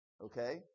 okay